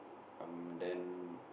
um then